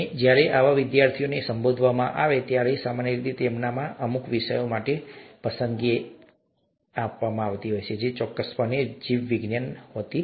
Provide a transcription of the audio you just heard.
અને જ્યારે આવા વિદ્યાર્થીઓને સંબોધવામાં આવે છે ત્યારે સામાન્ય રીતે તેમનામાં અમુક વિષયો માટે પસંદગી હોય છે જે ચોક્કસપણે જીવવિજ્ઞાન નથી